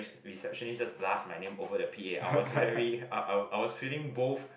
receptionist just plus my name over the P_A I was very I I was feeling both